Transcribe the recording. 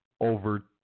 over